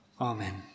Amen